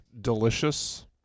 delicious